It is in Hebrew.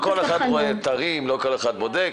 לא כל אחד נכנס לאתרים ולא כל אחד בודק.